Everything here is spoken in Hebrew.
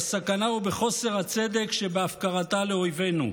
בסכנה ובחוסר הצדק שבהפקרתה לאויבינו,